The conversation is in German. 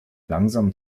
langsam